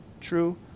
true